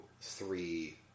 three